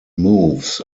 moves